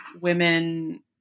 women